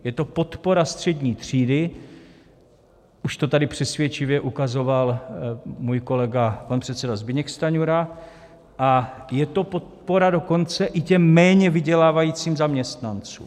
Je to podpora střední třídy, už to tady přesvědčivě ukazoval můj kolega pan předseda Zbyněk Stanjura, a je to podpora dokonce i těm méně vydělávajícím zaměstnancům.